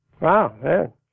Wow